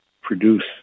produce